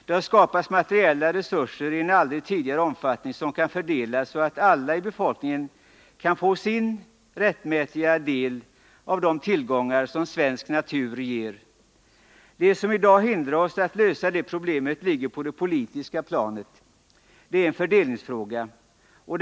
Det har i en aldrig tidigare skådad omfattning skapats materiella resurser som kan fördelas så att alla i befolkningen kan få sin rättmätiga del av de tillgångar som ligger i den svenska naturen. Det som i dag hindrar oss att lösa det problemet ligger på det politiska planet. Det är ett fördelningsproblem.